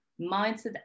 mindset